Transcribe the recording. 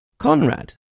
Conrad